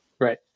Right